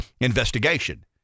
investigation